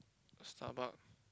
Starbuck